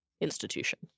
institution